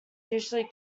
usually